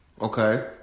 Okay